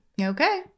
Okay